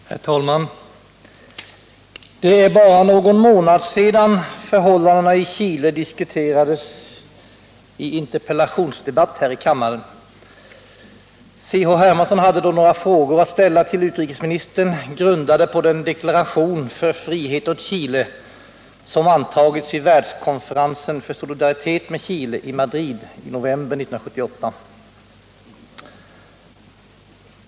Herr talman! Det är bara någon månad sedan förhållandena i Chile diskuterades i en interpellationsdebatt här i kammaren. C.-H. Hermansson hade då några frågor att ställa till utrikesministern, grundade på den deklaration för frihet åt Chile som antagits vid världskonferensen för solidaritet med Chile i Madrid i november 1978.